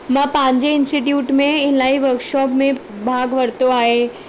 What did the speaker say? मां पंहिंजे इंस्टीट्यूट में इलाही वर्कशॉप में भाग वरितो आहे